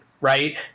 right